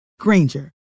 Granger